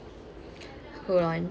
hold on